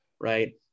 Right